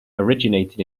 originated